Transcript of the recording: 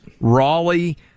Raleigh